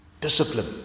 Discipline